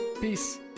Peace